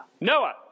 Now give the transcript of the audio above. Noah